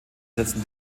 setzen